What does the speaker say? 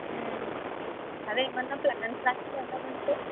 అదే ఏమన్నా ప్లాన్స్ లాంటివి ఏమన్నా ఉంటే